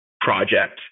project